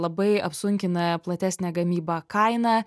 labai apsunkina platesnė gamyba kainą